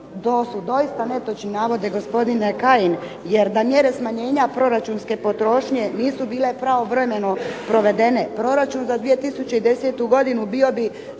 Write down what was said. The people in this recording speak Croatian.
doista netočni navodi. Gospodine Kajin, jer da mjere smanjenja proračunske potrošnje nisu bile pravovremeno provedene. Proračun za 2010. godinu bio bi